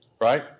right